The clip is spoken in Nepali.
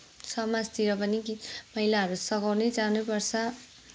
समाजतिर पनि कि महिलाहरू सघाउनै जानै पर्छ